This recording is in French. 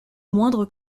moindre